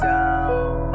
Down